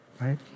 Right